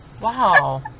Wow